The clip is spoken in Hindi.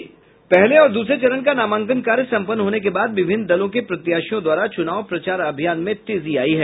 पहले और दूसरे चरण का नामांकन कार्य संपन्न होने के बाद विभिन्न दलों के प्रत्याशियों द्वारा चुनाव प्रचार अभियान में तेजी आयी है